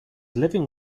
living